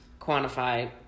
quantify